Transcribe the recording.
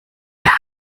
der